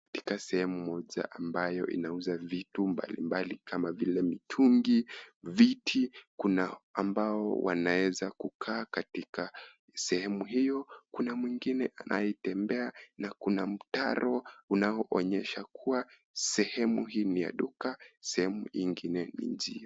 Katika sehemu moja ambayo inauza vitu mbalimbali kama vile,;mitungi, viti. Kuna ambao wanaweza kukaa katika sehemu hiyo. Kuna mwingine anayetembea na kuna mtaro unaoonyesha kuwa sehemu hii ni ya duka, sehemu hii ingine ni njia.